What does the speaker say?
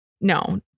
no